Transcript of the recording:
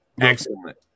Excellent